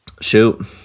shoot